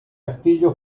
castillo